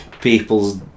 people's